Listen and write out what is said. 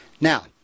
Now